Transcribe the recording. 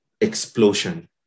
explosion